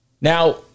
Now